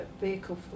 vehicle